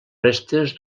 restes